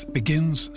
begins